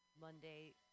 Monday